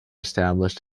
established